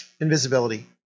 invisibility